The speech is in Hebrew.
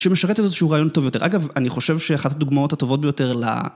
שמשרת איזשהו רעיון טוב יותר. אגב, אני חושב שאחת הדוגמאות הטובות ביותר ל...